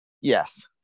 Yes